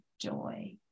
joy